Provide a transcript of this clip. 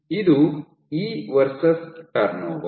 ಇದು e versus turnover